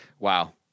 Wow